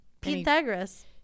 Pythagoras